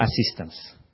assistance